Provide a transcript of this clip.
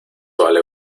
vale